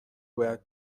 باید